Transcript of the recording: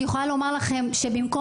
אני יכולה לומר לכם שבמקום,